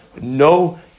no